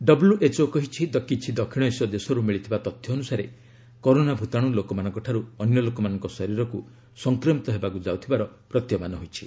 WHO କହିଛି କିଛି ଦକ୍ଷିଣ ଏସୀୟ ଦେଶରୁ ମିଳିଥିବା ତଥ୍ୟ ଅନୁସାରେ କରୋନା ଭୂତାଣୁ ଲୋକମାନଙ୍କଠାରୁ ଅନ୍ୟ ଲୋକମାନଙ୍କ ଶରୀରକୁ ସଂକ୍ରମିତ ହେବାକୁ ଯାଉଥିବାର ପ୍ରତୀୟମାନ ହୋଇଛି